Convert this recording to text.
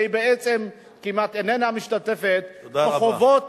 שהיא בעצם כמעט איננה משתתפת בחובות